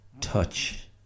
touch